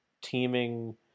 teaming